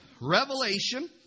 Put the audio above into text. Revelation